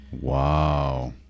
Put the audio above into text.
Wow